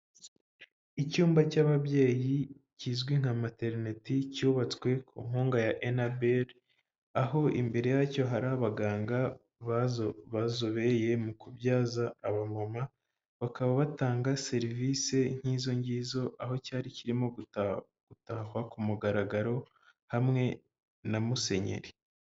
Icyumba cy'ababyeyi kizwi nka materineti cyubatswe ku nkunga ya enabere, aho imbere yacyo hari abaganga bazobereye mu kubyaza abamama bakaba batanga serivisi nk'izo ngizo aho cyari kirimo gutahwa kumugaragaro hamwe na musenyeri.